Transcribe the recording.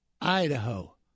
Idaho